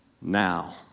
now